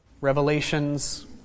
revelations